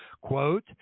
quote